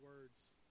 words